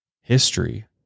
history